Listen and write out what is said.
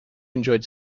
enjoyed